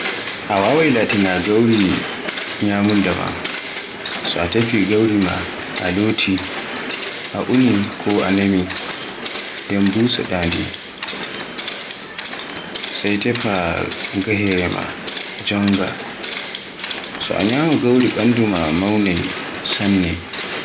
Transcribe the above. A waawai latina gauri nyamunda ma, so a tefi gauri ma a looti a uni ko a naami, nden sai sai busoda ndi, tefa gahere m jonga. So a nyama gauri banduma maunai sanne.